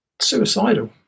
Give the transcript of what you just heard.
suicidal